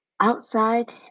outside